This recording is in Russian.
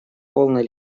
полной